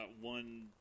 one